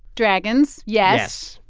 dragons yes